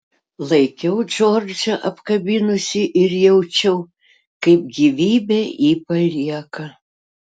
laikiau džordžą apkabinusi ir jaučiau kaip gyvybė jį palieka